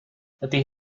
ydi